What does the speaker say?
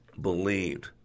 believed